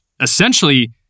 essentially